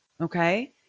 Okay